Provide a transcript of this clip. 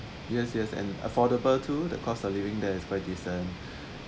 yes yes and affordable too the cost of living there is quite decent